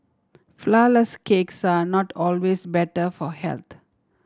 flourless cakes are not always better for health